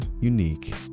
unique